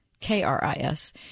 K-R-I-S